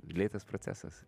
lėtas procesas